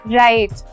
right